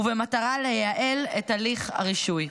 ובמטרה לייעל את הליך הרישוי.